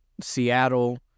Seattle